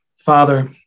Father